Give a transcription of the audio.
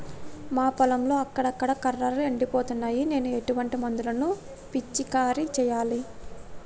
మా పొలంలో అక్కడక్కడ కర్రలు ఎండిపోతున్నాయి నేను ఎటువంటి మందులను పిచికారీ చెయ్యాలే?